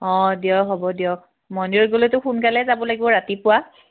অঁ দিয়ক হ'ব দিয়ক মন্দিৰত গ'লেতো সোনকালে যাব লাগিব ৰাতিপুৱা